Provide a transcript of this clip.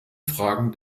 fragen